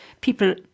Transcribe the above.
People